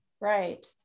Right